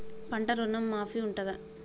పంట ఋణం మాఫీ ఉంటదా?